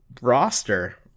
roster